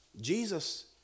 Jesus